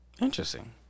interesting